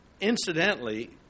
incidentally